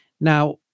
Now